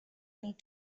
need